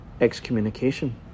excommunication